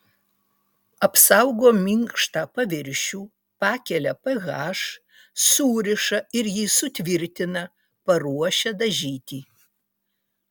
apsaugo minkštą paviršių pakelia ph suriša ir jį sutvirtina paruošia dažyti